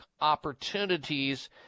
opportunities